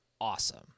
awesome